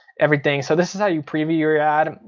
everything. so this is how you preview your ad.